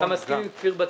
אתה מסכים עם כפיר בטאט.